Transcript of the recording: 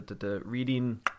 reading